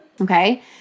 okay